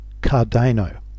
Cardano